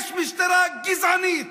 יש משטרה גזענית.